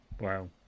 Wow